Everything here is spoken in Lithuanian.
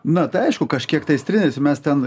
na tai aišku kažkiek tais treneriais ir mes ten